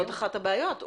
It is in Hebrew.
זאת אחת הבעיות.